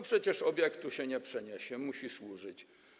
Przecież obiektu się nie przeniesie, musi służyć.